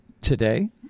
today